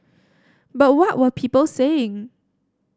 but what were people saying